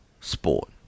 sport